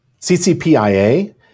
CCPIA